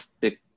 big